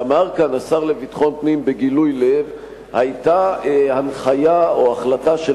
ואמר כאן השר לביטחון פנים בגילוי לב: היתה הנחיה או החלטה של